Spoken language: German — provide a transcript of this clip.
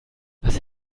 was